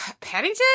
Paddington